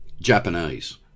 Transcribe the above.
Japanese